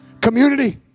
community